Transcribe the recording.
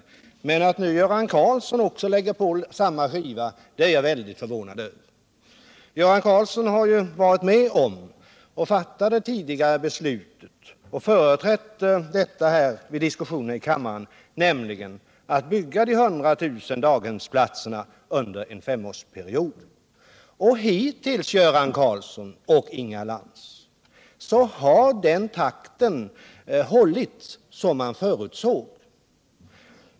Däremot förvånar det mig att Göran Karlsson nu lägger på samma skiva. Göran Karlsson har ju varit med om att fatta det tidigare beslutet och även företrätt det vid diskussioner i kammaren. Beslutet innebar att man skulle bygga 100 000 daghemsplatser under en femårsperiod. Hittills, Göran Karlsson och Inga Lantz, har den takt som man förutsåg hållits.